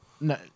no